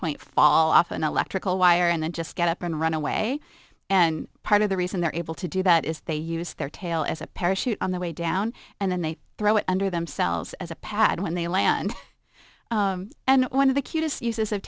point fall off an electrical wire and then just get up and run away and part of the reason they're able to do that is they use their tail as a parachute on the way down and then they throw it under themselves as a pad when they land and one of the cutest uses of